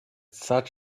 such